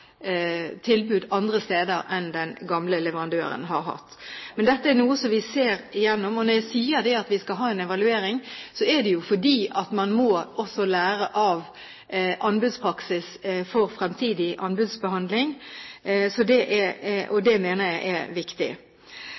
tilbud andre steder enn den gamle leverandøren har hatt. Men dette er noe vi ser igjennom. Når jeg sier at vi skal ha en evaluering, er det fordi man også må lære av anbudspraksis for fremtidig anbudsbehandling. Det mener jeg er viktig.